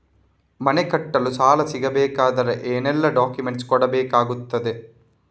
ಮನೆ ಕಟ್ಟಲು ಸಾಲ ಸಿಗಬೇಕಾದರೆ ಏನೆಲ್ಲಾ ಡಾಕ್ಯುಮೆಂಟ್ಸ್ ಕೊಡಬೇಕಾಗುತ್ತದೆ?